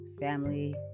family